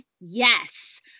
yes